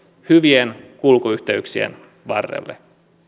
hyvien kulkuyhteyksien varrelle